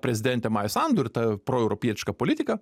prezidente maja sandu ir ta proeuropietiška politika